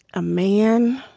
a man